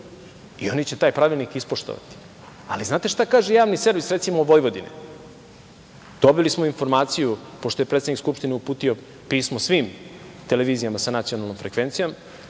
i oni će taj pravilnik ispoštovati. Ali, znate šta kaže, recimo, Javni servis Vojvodine? Dobili smo informaciju, pošto je predsednik Skupštine uputio pismo svim televizijama sa nacionalnom frekvencijom,